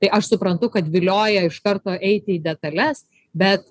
tai aš suprantu kad vilioja iš karto eiti į detales bet